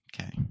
okay